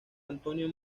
antonio